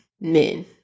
men